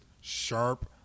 sharp